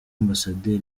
ambassadeur